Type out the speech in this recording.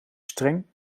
streng